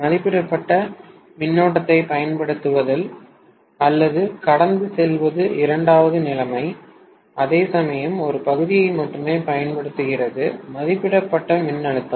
மதிப்பிடப்பட்ட மின்னோட்டத்தைப் பயன்படுத்துதல் அல்லது கடந்து செல்வது இரண்டாவது நிலைமை அதேசமயம் ஒரு பகுதியை மட்டுமே பயன்படுத்துகிறது மதிப்பிடப்பட்ட மின்னழுத்தம்